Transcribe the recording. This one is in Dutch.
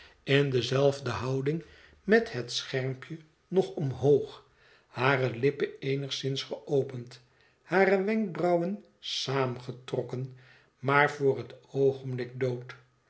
in dezelfde houding met het schermpje nog omhoog hare lippen eenigszins geopend hare wenkbrauwen saamgetrokken maar voor het oogenblik dood